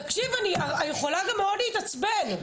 תקשיב, אני יכולה גם מאוד להתעצבן.